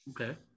okay